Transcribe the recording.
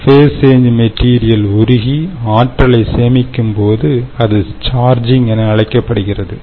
face change material உருகி ஆற்றலை சேமிக்கும்போது அது சார்ஜிங் என அழைக்கப்படுகிறது